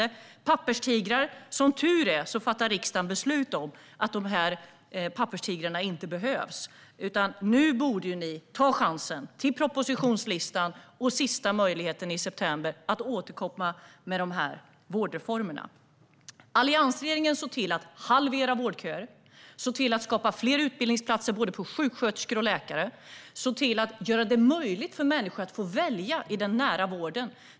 Det finns bara papperstigrar. Som tur är fattar riksdagen beslut om att dessa papperstigrar inte behövs. Nu borde ni ta chansen till propositionslistan och den sista möjligheten i september att återkomma med vårdreformerna. Alliansregeringen såg till att halvera vårdköer, att skapa fler utbildningsplatser för både sjuksköterskor och läkare och att göra det möjligt för människor att välja i den nära vården.